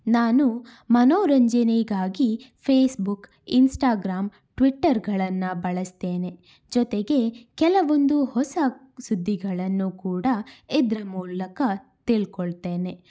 ನಾನು ಮನೋರಂಜನೆಗಾಗಿ Facebook Instagram ಟ್ವಿಟ್ಟರ್ಗಳನ್ನು ಬಳಸ್ತೇನೆ ಜೊತೆಗೆ ಕೆಲವೊಂದು ಹೊಸ ಸುದ್ದಿಗಳನ್ನು ಕೂಡ ಇದರ ಮೂಲಕ ತಿಳ್ಕೊಳ್ತೇನೆ